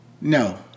No